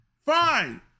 Fine